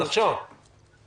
עורך הדין נחשון שוחט,